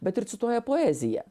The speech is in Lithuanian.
bet ir cituoja poeziją